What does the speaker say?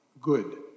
good